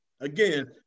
again